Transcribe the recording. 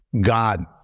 God